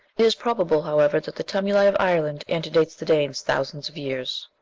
is probable, however, that the tumuli of ireland antedate the danes thousands of years.